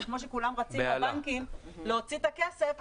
כמו שכולם רצים לבנקים להוציא את הכסף,